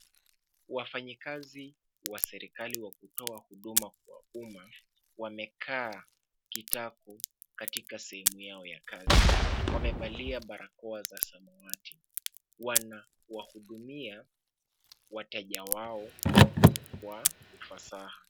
Wafanyikazi wa serikali wa kutoa huduma kwa umma wamekaa kitako katika sehemu yao ya kazi. Wamevalia barakoa za samawati. Wanawahudumia wateja wao kwa ufasaha.